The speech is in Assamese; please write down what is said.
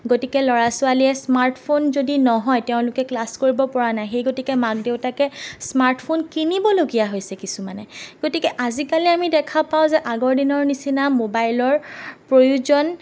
গতিকে ল'ৰা ছোৱালীয়ে স্মাৰ্ট ফোন যদি নহয় তেওঁলোকে ক্লাছ কৰিব পৰা নাই সেই গতিকে মাক দেউতাকে স্মাৰ্ট ফোন কিনিবলগীয়া হৈছে কিছুমানে গতিকে আজিকালি আমি দেখা পাওঁ যে আগৰ দিনৰ নিচিনা মোবাইলৰ প্ৰয়োজন